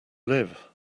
live